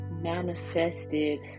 manifested